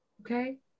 Okay